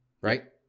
Right